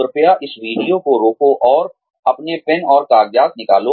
कृपया इस वीडियो को रोके और अपने पेन और कागजात निकालें